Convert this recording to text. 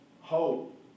hope